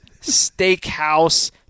Steakhouse